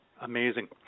Amazing